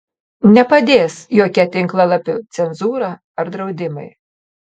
nepadės jokia tinklalapių cenzūra ar draudimai